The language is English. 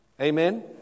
Amen